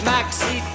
Maxi